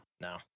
No